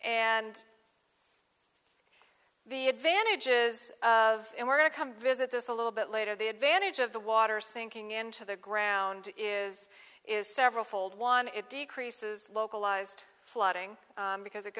and the advantages of it were to come visit this a little bit later the advantage of the water sinking into the ground is is several fold one it decreases localized flooding because it